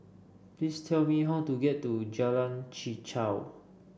please tell me how to get to Jalan Chichau